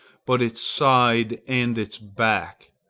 but its side and its back.